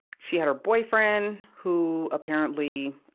she had her boyfriend, who, apparently,